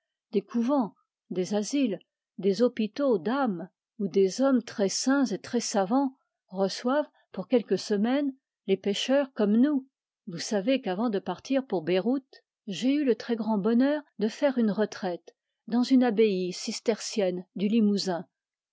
des couvents des asiles des hôpitaux d'âmes où des hommes très saints et très savants reçoivent pour quelques semaines les pécheurs comme nous vous savez qu'avant de partir pour beyrouth j'ai eu le très grand bonheur de faire une retraite dans une abbaye cistercienne du limousin